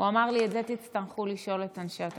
הוא אמר לי: את זה תצטרכו לשאול את אנשי התקציבים,